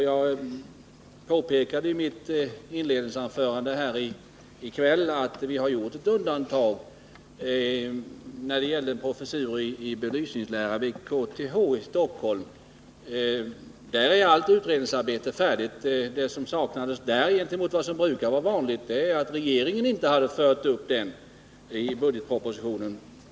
Jag påpekade i mitt inledningsanförande här i kväll att vi har gjort ett undantag när det gäller en professur vid KTH i Stockholm. Där är allt utredningsarbete färdigt, men det som saknas där, jämfört med vad som är brukligt, är att regeringen inte fört upp tjänsten i budgetpropositionen.